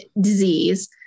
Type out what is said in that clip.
disease